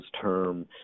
term